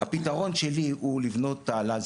הפתרון שלי הוא לבנות תעלה,